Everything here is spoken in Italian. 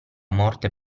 morte